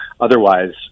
Otherwise